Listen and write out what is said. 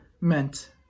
meant